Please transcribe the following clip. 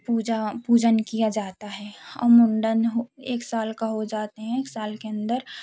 पूजा पूजन किया जाता है हम मुंडन हो एक साल का हो जाते हैं एक साल के अन्दर